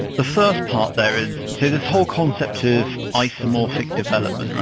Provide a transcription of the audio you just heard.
the first part there is this whole concept of isomorphic development.